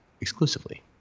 exclusively